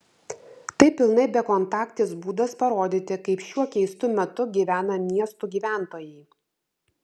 tai pilnai bekontaktis būdas parodyti kaip šiuo keistu metu gyvena miestų gyventojai